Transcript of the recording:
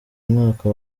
mwaka